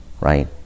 Right